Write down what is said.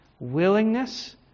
Willingness